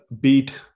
beat